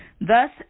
thus